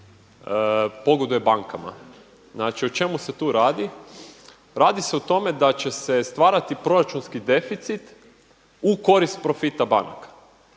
pogoduje bankama. Znači o čemu se tu radi? Radi se o tome da će se stvarati proračunski deficit u korist profita banaka.